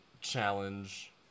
challenge